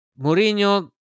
Mourinho